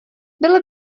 bylo